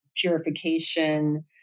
purification